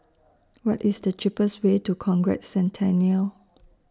What IS The cheapest Way to Conrad Centennial